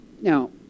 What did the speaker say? Now